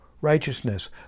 righteousness